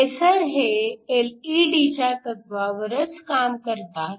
laser हे एलईडीच्या तत्त्वावरच काम करतात